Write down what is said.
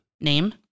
Name